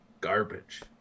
garbage